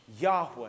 Yahweh